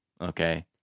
okay